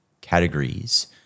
categories